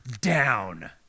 down